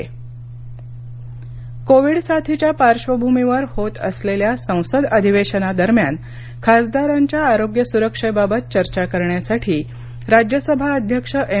Naidu covid बैठक covid साथीच्या पार्बभूमीवर होत असलेल्या संसद अधिवेशनादरम्यान खासदारांच्या आरोग्य सुरक्षेबाबत चर्चा करण्यासाठी राज्यसभा अध्यक्ष एम